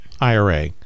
IRA